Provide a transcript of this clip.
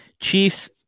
Chiefs